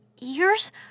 Ears